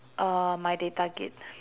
uh my data gig